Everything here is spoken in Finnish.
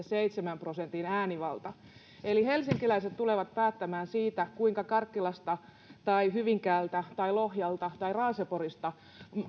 seitsemän prosentin äänivalta eli helsinkiläiset tulevat päättämään siitä kuinka karkkilasta tai hyvinkäältä tai lohjalta tai raaseporista